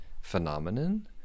phenomenon